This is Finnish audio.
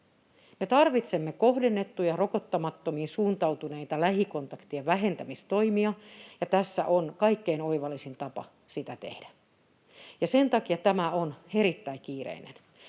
Me tarvitsemme kohdennettuja, rokottamattomiin suuntautuneita lähikontaktien vähentämistoimia, ja tässä on kaikkein oivallisin tapa sitä tehdä, ja sen takia tämä on erittäin kiireinen.